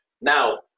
Now